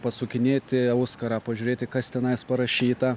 pasukinėti auskarą pažiūrėti kas tenais parašyta